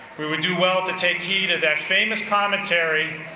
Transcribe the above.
we would do well to take heed of that famous commentary,